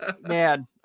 Man